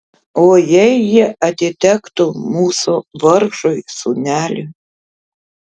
o jei jie atitektų mūsų vargšui sūneliui